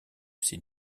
sait